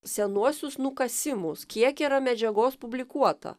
senuosius nukasimus kiek yra medžiagos publikuota